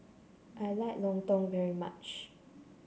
I like Lontong very much